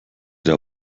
der